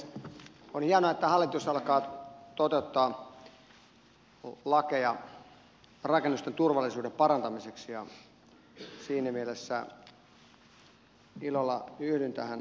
on hienoa että hallitus alkaa toteuttaa lakeja rakennusten turvallisuuden parantamiseksi ja siinä mielessä ilolla yhdyn tähän esitykseen